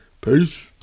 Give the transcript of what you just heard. Peace